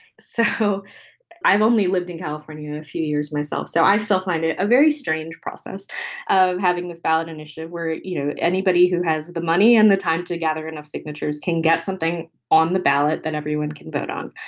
so i've only lived in california a few years myself, so i still find it a very strange process of having this ballot initiative where, you know, anybody who has the money and the time to gather enough signatures can get something on the ballot that everyone can vote on.